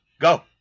Go